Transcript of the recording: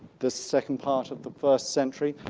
the second part of the first century.